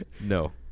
No